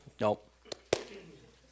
Nope